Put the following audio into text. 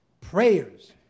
prayers